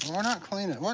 we're not cleaning,